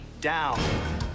down